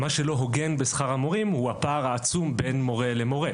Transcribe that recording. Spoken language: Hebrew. מה שלא הוגן בשכר המורים הוא הפער העצום בין מורה למורה,